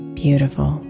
beautiful